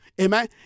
amen